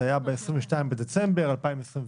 זה היה ב-22 בדצמבר 2021,